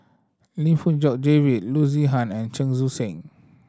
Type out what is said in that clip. Lim Fong Jock David Loo Zihan and Chen Sucheng